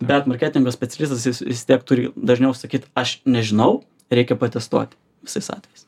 bet marketingo specialistas vis tiek turiu dažniau sakyt aš nežinau reikia patestuoti visais atvejais